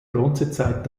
bronzezeit